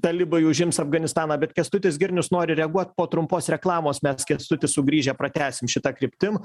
talibai užims afganistaną bet kęstutis girnius nori reaguot po trumpos reklamos mes kęstuti sugrįžę pratęsim šita kryptim